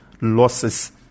losses